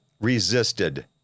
resisted